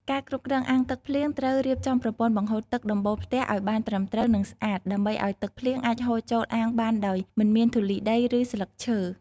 ការគ្រប់គ្រងអាងទឹកភ្លៀងត្រូវរៀបចំប្រព័ន្ធបង្ហូរទឹកដំបូលផ្ទះឲ្យបានត្រឹមត្រូវ និងស្អាត ដើម្បីឲ្យទឹកភ្លៀងអាចហូរចូលអាងបានដោយមិនមានធូលីដី ឬស្លឹកឈើ។